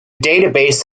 database